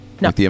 No